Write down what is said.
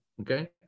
Okay